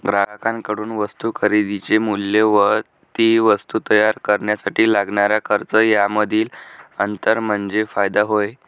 ग्राहकांकडून वस्तू खरेदीचे मूल्य व ती वस्तू तयार करण्यासाठी लागणारा खर्च यामधील अंतर म्हणजे फायदा होय